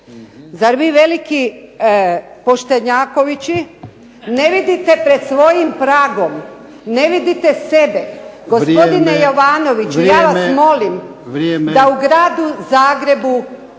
Zar vi veliki poštenjakovići ne vidite pred svojim pragom? Ne vidite sebe? Gospodine Jovanoviću **Jarnjak, Ivan (HDZ)**